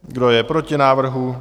Kdo je proti návrhu?